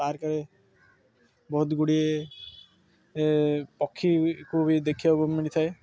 ପାର୍କରେ ବହୁତ ଗୁଡ଼ିଏ ପକ୍ଷୀକୁ ବି ଦେଖିବାକୁ ମିଳିଥାଏ